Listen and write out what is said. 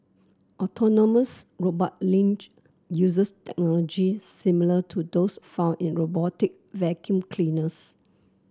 autonomous robot Lynx uses technology similar to those found in robotic vacuum cleaners